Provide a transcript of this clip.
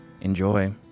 enjoy